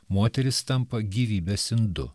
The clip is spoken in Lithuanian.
moteris tampa gyvybės indu